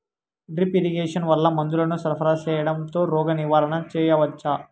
Drip irrigation వల్ల మందులను సరఫరా సేయడం తో రోగ నివారణ చేయవచ్చా?